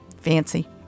fancy